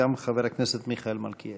גם חבר הכנסת מיכאל מלכיאלי.